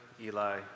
Eli